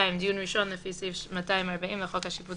(2)דיון ראשון לפי סעיף 240 לחוק השיפוט